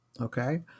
Okay